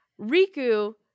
Riku